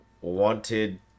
wanted